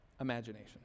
imagination